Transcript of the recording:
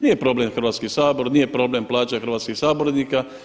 Nije problem Hrvatski sabor, nije problem plaća hrvatskih sabornika.